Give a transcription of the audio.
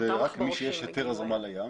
זה רק למי שיש היתר הזרמה לים,